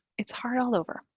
it's hard all over.